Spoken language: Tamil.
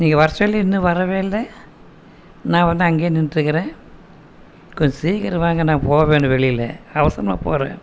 நீங்கள் வர சொல்லி இன்னும் வரவே இல்லை நான் வந்து அங்கேயே நின்றுட்டு இருக்கிறேன் கொஞ்சம் சீக்கிரம் வாங்க நான் போகணும் வெளியில் அவசரமாக போகிறேன்